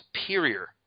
superior